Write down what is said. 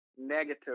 negative